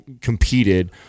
competed